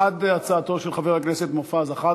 בעד הצעתו של חבר הכנסת מופז,